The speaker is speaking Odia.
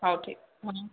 ହେଉ ଠିକ୍ ହଁ